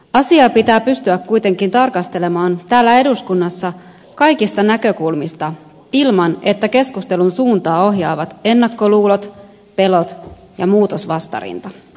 asiaa pitää pystyä kuitenkin tarkastelemaan täällä eduskunnassa kaikista näkökulmista ilman että keskustelun suuntaa ohjaavat ennakkoluulot pelot ja muutosvastarinta